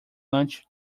launched